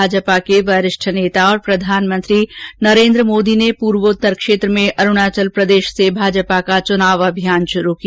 भाजपा के वरिष्ठ नेता और प्रधानमंत्री नरेंद्र मोदी ने पूर्वोत्तर क्षेत्र में अरूणाचल प्रदेश से भाजपा का चुनाव अभियान शुरू किया